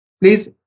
please